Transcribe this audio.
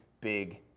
big